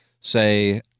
say